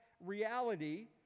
reality